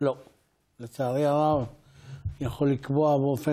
נאלצתי בסוף השבוע שעבר,